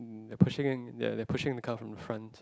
they pushing in they pushing the car from front